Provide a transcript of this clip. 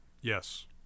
Yes